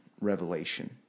revelation